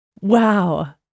Wow